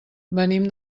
venim